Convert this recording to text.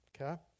Okay